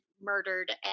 murdered